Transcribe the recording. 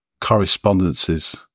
Correspondences